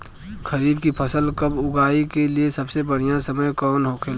खरीफ की फसल कब उगाई के लिए सबसे बढ़ियां समय कौन हो खेला?